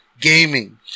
gaming